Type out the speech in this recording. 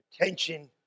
attention